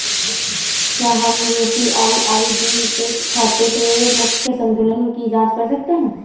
क्या हम UPI ID से खाते के मूख्य संतुलन की जाँच कर सकते हैं?